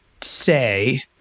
say